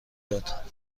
داد